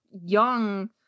young